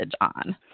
on